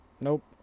Nope